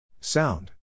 sound